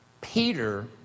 Peter